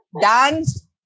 dance